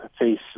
face